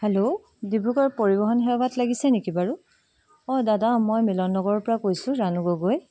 hello Dibrugarh পৰিবহন সেৱাত লাগিছে নেকি বাৰু অঁ দাদা মই মিলন নগৰৰ পৰা কৈছোঁ ৰাণু গগৈয়ে